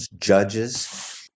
judges